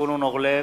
זבולון אורלב,